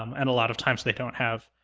um and a lot of times they don't have,